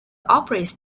operates